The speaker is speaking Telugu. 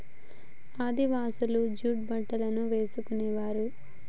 ఆదివాసులు జూట్ బట్టలను వేసుకునేవారు